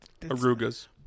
arugas